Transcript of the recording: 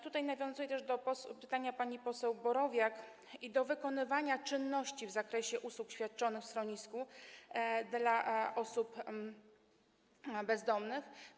Tutaj nawiązuję też do pytania pani poseł Borowiak i do wykonywania czynności w zakresie usług świadczonych w schronisku dla osób bezdomnych.